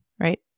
Right